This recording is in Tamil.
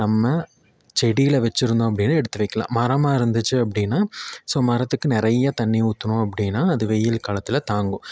நம்ம செடிகளை வச்சுருந்தோம் அப்படின்னா எடுத்து வைக்கலாம் மரமாக இருந்துச்சு அப்படின்னா ஸோ மரத்துக்கு நிறைய தண்ணீர் ஊற்றுனோம் அப்படின்னா அது வெயில் காலத்தில் தாங்கும்